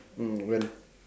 mm when